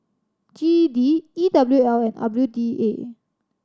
G E D E W L and W D A